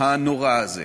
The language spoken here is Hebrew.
הנורא הזה.